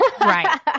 Right